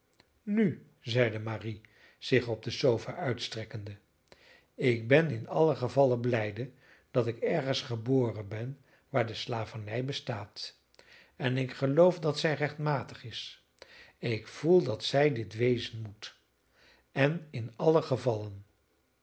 nu zeide marie zich op de sofa uitstrekkende ik ben in allen gevalle blijde dat ik ergens geboren ben waar de slavernij bestaat en ik geloof dat zij rechtmatig is ik voel dat zij dit wezen moet en in allen gevalle